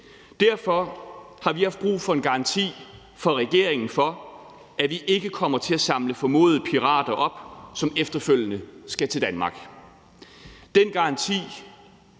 Derfor har vi haft brug for en garanti fra regeringen for, at vi ikke kommer til at samle formodede pirater op, som efterfølgende skal til Danmark.